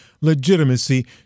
legitimacy